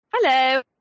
Hello